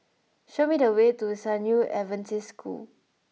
show me the way to San Yu Adventist School